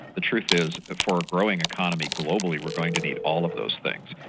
the truth is, for a growing economy globally, we're going to need all of those things.